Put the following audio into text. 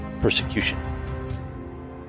persecution